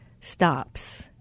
stops